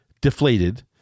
deflated